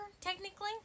technically